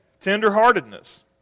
tenderheartedness